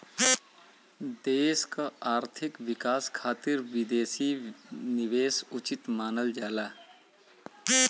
देश क आर्थिक विकास खातिर विदेशी निवेश उचित मानल जाला